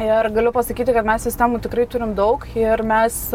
ir galiu pasakyti kad mes sistemų tikrai turim daug ir mes